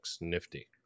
Nifty